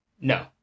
No